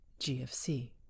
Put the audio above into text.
GFC